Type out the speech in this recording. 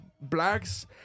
blacks